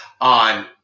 on